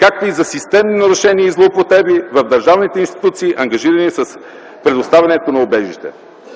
както и за системни нарушения и злоупотреби в държавните институции, ангажирани с предоставянето на убежище.